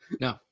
no